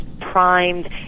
primed